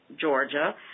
Georgia